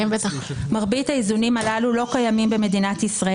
מרבית האיזונים הללו לא קיימים בישראל.